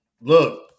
look